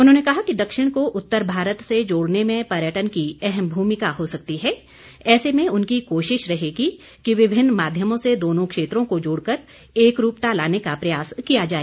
उन्होंने कहा कि दक्षिण को उत्तर भारत से जोड़ने में पर्यटन की अहम भूमिका हो सकती है ऐसे में उनकी कोशिश रहेगी कि विभिन्न माध्यमों से दोनों क्षेत्रों को जोड़कर एकरूपता लाने का प्रयास किया जाए